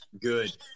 Good